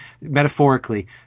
metaphorically